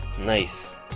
nice